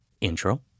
Intro